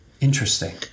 Interesting